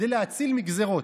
נועדה כדי להציל מגזרות.